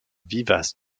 vivace